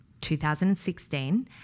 2016